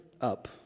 up